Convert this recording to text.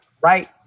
right